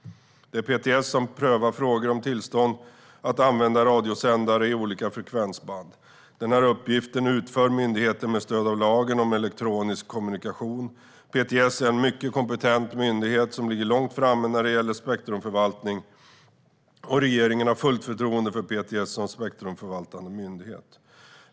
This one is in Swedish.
Det är PTS som prövar frågor om tillstånd att använda radiosändare i olika frekvensband. Denna uppgift utför myndigheten med stöd av lagen om elektronisk kommunikation. PTS är en mycket kompetent myndighet som ligger långt framme när det gäller spektrumförvaltning. Regeringen har fullt förtroende för PTS som spektrumförvaltande myndighet.